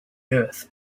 earth